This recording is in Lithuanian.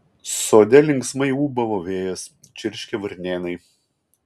sode linksmai ūbavo vėjas čirškė varnėnai